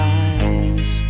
eyes